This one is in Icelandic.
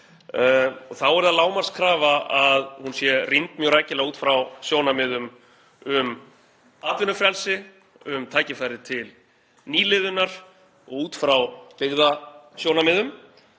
og þá er það lágmarkskrafa að hún sé rýnd mjög rækilega út frá sjónarmiðum um atvinnufrelsi, um tækifæri til nýliðunar og út frá byggðasjónarmiðum.